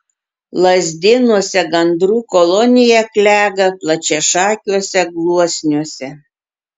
lazdėnuose gandrų kolonija klega plačiašakiuose gluosniuose